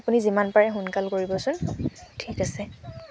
আপুনি যিমান পাৰে সোনকাল কৰিবচোন ঠিক আছে